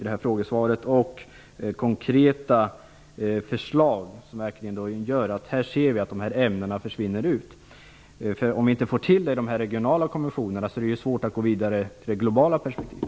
Det är en liten skillnad mellan det och konkreta förslag som innebär att vi ser att dessa ämnen försvinner. Om vi inte får till dessa regionala konventioner är det svårt att gå vidare till det globala perspektivet.